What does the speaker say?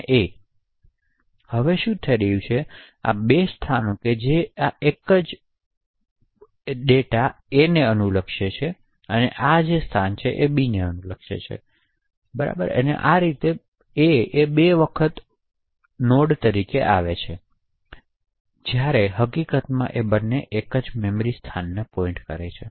હવે અહીં શું થઈ રહ્યું છે આ બે સ્થાનો છે જે ભાગ એક આ a ને અનુલક્ષેછે અને આ b ને અનુલક્ષે છે અને આ ભાગ ફરીથી a છે ફ્રી બીજા સમય માટે તેથી આ બેહકીકતમાં સમાન મેમરી સ્થાન છે